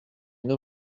une